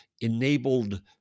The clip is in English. enabled